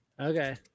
Okay